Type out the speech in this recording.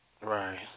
Right